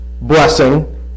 blessing